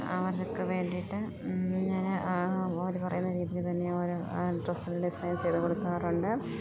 അവർക്ക് വേണ്ടീട്ട് ഞാൻ ഓര് പറയുന്ന രീതി തന്നെ ഓരോ ഡ്രസ്സിൽ ഡിസൈൻ ചെയ്ത് കൊടുക്കാറുണ്ട്